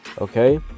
Okay